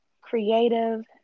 creative